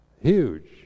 huge